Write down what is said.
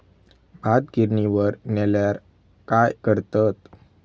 भात गिर्निवर नेल्यार काय करतत?